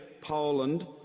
Poland